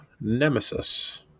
Nemesis